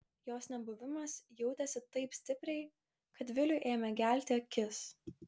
jos nebuvimas jautėsi taip stipriai kad viliui ėmė gelti akis